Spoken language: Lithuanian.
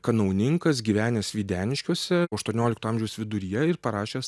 kanauninkas gyvenęs videniškiuose aštuoniolikto amžiaus viduryje ir parašęs